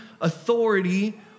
authority